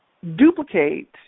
duplicate